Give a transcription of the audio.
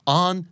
on